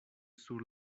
sur